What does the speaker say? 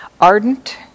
Ardent